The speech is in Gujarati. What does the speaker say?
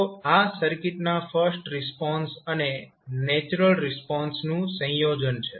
તો આ સર્કિટના ફર્સ્ટ રિસ્પોન્સ અને નેચરલ રિસ્પોન્સનું સંયોજન છે